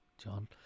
John